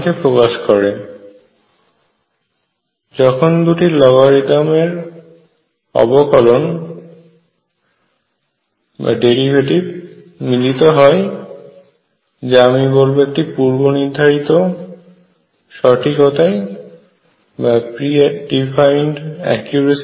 এক্ষেত্রে দুটি লগারিদম এর অবকলন মিলিত হয় একটি পূর্ব নির্দ্ধারিত সঠিকতার সঙ্গে